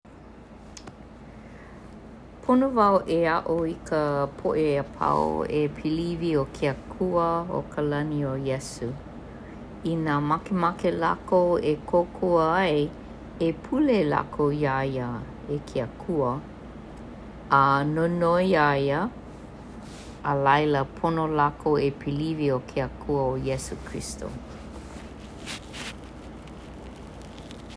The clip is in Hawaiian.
Pono wau e aʻo i ka poʻe āpau e piliwi ʻO ke Akua o Kalani ʻO Iesū. Inā makemake lākou e kōkua ai e pule lākou iā ia e ke Akua a nonoi iā ia. Alaila, pono lākou e piliwi o ke Akua o Iesū Kristo.